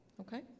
okay